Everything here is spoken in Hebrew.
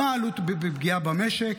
מה עלות הפגיעה במשק?